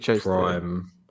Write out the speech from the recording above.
prime –